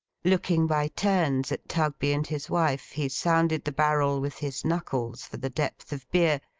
looking by turns at tugby and his wife, he sounded the barrel with his knuckles for the depth of beer,